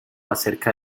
acerca